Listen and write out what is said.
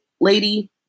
lady